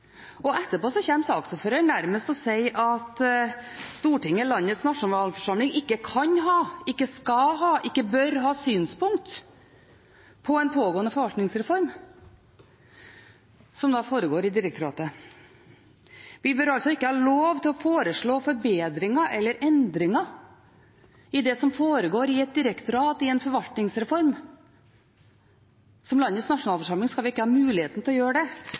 direktorat. Etterpå kommer saksordføreren og sier nærmest at Stortinget, landets nasjonalforsamling, ikke kan ha, ikke skal ha, ikke bør ha synspunkter på en pågående forvaltningsreform i direktoratet. Vi bør altså ikke ha lov til å foreslå forbedringer eller endringer i det som foregår i et direktorat, i en forvaltningsreform. Som landets nasjonalforsamling skal vi ikke ha mulighet til å gjøre det